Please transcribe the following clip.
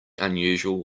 unusual